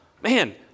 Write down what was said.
man